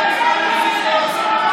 חברת הכנסת סטרוק,